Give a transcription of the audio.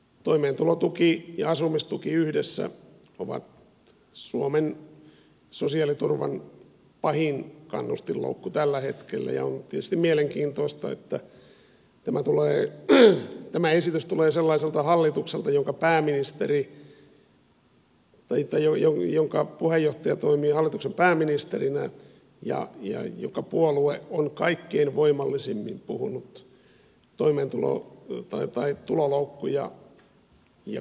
toimeentulotuki ja asumistuki yhdessä ovat suomen sosiaaliturvan pahin kannustinloukku tällä hetkellä ja on tietysti mielenkiintoista että tämä esitys tulee sellaiselta hallitukselta jossa pääministerinä toimii sellaisen puolueen puheenjohtaja toimi hallituksen pääministerinä ja jäi joko joka on kaikkein voimallisimmin puhunut tuloloukkuja ja kannustinloukkuja vastaan